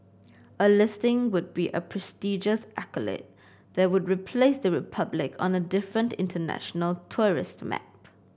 a listing would be a prestigious accolade that would place the Republic on a different international tourist map